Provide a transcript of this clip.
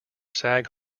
sag